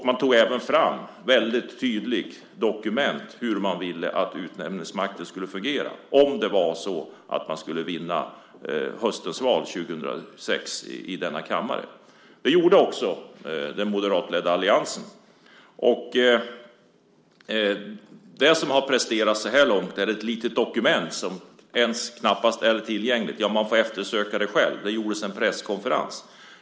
Man tog även fram ett mycket tydligt dokument för hur man ville att utnämningsmakten skulle fungera om det var så att man skulle vinna höstens val 2006, vilket också den moderatledda alliansen gjorde. Det som har presterats så här långt är ett litet dokument som knappt är tillgängligt. Man får eftersöka det själv. Det ordnades en presskonferens.